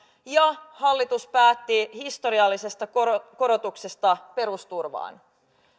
ja toinen on se että hallitus päätti historiallisesta korotuksesta perusturvaan